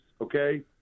okay